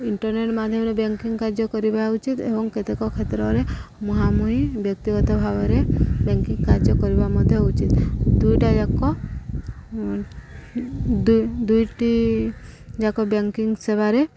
internet ମାଧ୍ୟମରେ banking କାର୍ଯ୍ୟ କରିବା ଉଚିତ ଏବଂ କେତେକ କ୍ଷେତ୍ରରେ ମୁହାମୁହିଁ ବ୍ୟକ୍ତିଗତ ଭାବରେ ବ୍ୟାଙ୍କିଙ୍ଗ କାର୍ଯ୍ୟ କରିବା ମଧ୍ୟ ଉଚିତ ଦୁଇଟା ଯାକ ଦୁଇଟିଯାକ ବ୍ୟାଙ୍କିଙ୍ଗ ସେବାରେ